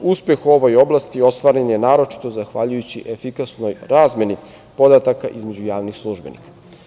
Uspeh u ovoj oblasti ostvaren je naročito zahvaljujući efikasnoj razmeni podataka između javnih službenika.